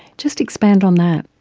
just expand on that.